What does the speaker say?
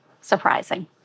surprising